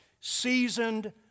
seasoned